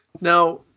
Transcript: Now